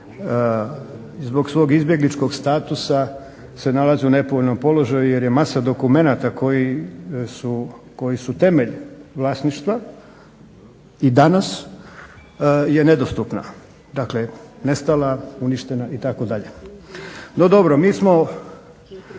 zbog svog izbjegličkog statusa se nalazi u nepovoljnom položaju jer je masa dokumenata koji su temelj vlasništva i danas je nedostupna. Dakle, nestala, uništena itd. No dobro mi smo,